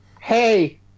Hey